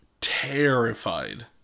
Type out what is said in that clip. terrified